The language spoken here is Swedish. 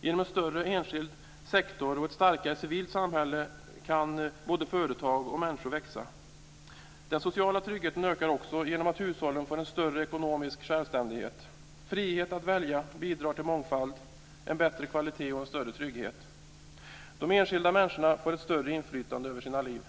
Genom en större enskild sektor och ett starkare civilt samhälle kan både företag och människor växa. Den sociala tryggheten ökar också genom att hushållen får en större ekonomisk självständighet. Frihet att välja bidrar till mångfald, en bättre kvalitet och en större trygghet. De enskilda människorna får ett större inflytande över sina liv.